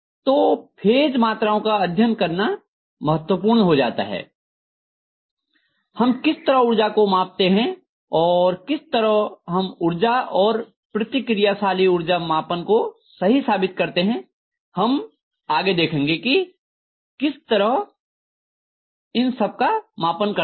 तो फेज मात्राओं का अध्ययन करना महत्वपूर्ण हो जाता है हम किस तरह ऊर्जा को मापते हैं और किस तरह हम ऊर्जा और प्रतिक्रियाशील ऊर्जा मापन को सही साबित करते हैं हम आगे देखेंगे की किस तरह इन सब का मापन करते हैं